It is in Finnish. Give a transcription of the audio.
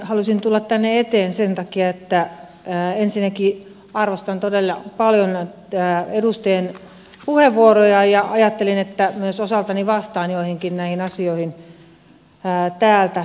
halusin tulla tänne eteen sen takia että ensinnäkin arvostan todella paljon edustajien puheenvuoroja ja ajattelin että myös osaltani vastaan joihinkin näihin asioihin täältä